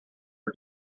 are